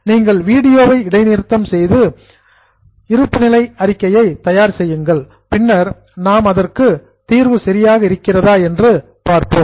நீங்கள் வீடியோவை இடைநிறுத்தம் செய்து விட்டு இருப்பு நிலை அறிக்கையை தயார் செய்யுங்கள் பின்னர் நாம் அதற்கு சொல்யூஷன் தீர்வு சரியாக இருக்கிறதா என்று பார்ப்போம்